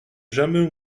jamais